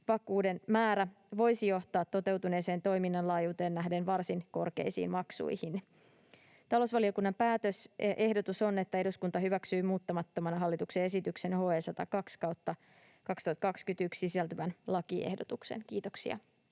vakuuden määrä voisi johtaa toteutuneeseen toiminnan laajuuteen nähden varsin korkeisiin maksuihin. Talousvaliokunnan päätösehdotus on, että eduskunta hyväksyy muuttamattomana hallituksen esitykseen HE 102/2021 sisältyvän lakiehdotuksen. — Kiitoksia,